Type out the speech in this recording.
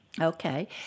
Okay